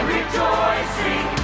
rejoicing